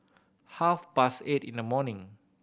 half past eight in the morning